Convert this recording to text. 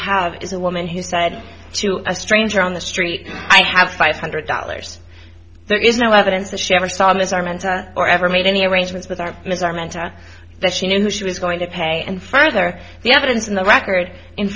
have is a woman who said to a stranger on the street i have five hundred dollars there is no evidence that she ever saw him as our mentor or ever made any arrangements with our ms our mentor that she knew she was going to pay and further the evidence in the record in